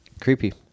creepy